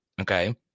Okay